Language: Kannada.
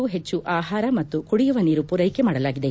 ಗೂ ಹೆಚ್ಚು ಆಹಾರ ಮತ್ತು ಕುಡಿಯುವ ನೀರು ಪೂರ್ಟೆಕೆ ಮಾಡಲಾಗಿದೆ